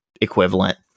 equivalent